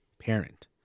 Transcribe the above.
parent